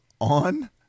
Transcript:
on